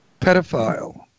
Pedophile